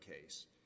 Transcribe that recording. case